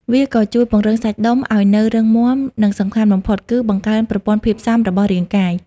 វាក៏ជួយ ពង្រឹងសាច់ដុំ ឱ្យនៅរឹងមាំ និងសំខាន់បំផុតគឺ បង្កើនប្រព័ន្ធភាពស៊ាំ របស់រាងកាយ។